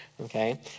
Okay